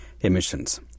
emissions